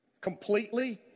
Completely